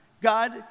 God